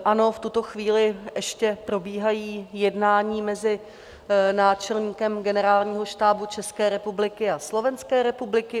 Ano, v tuto chvíli ještě probíhají jednání mezi náčelníkem Generálního štábu Armády České republiky a Slovenské republiky.